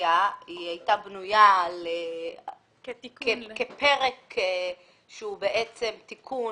הביאה הייתה בנויה כפרק שהוא בעצם תיקון